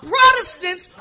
Protestants